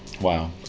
Wow